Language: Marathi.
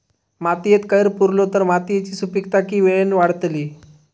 मातयेत कैर पुरलो तर मातयेची सुपीकता की वेळेन वाडतली?